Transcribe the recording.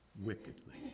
wickedly